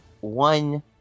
one